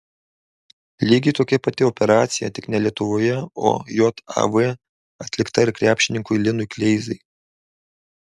lygiai tokia pati operacija tik ne lietuvoje o jav atlikta ir krepšininkui linui kleizai